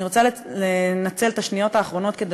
אני רוצה לנצל את השניות האחרונות כדי